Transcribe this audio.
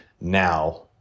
now